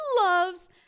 loves